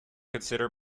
consider